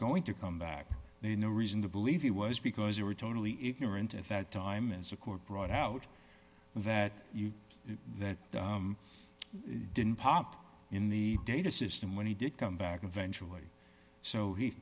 going to come back no reason to believe he was because they were totally ignorant at that time as a court brought out that you that he didn't pop in the data system when he did come back eventually so he